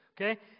Okay